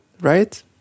right